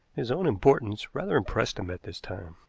his own importance rather impressed him at this time,